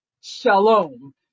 shalom